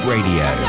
Radio